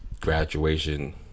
graduation